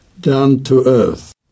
Down-to-Earth